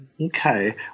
Okay